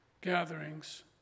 gatherings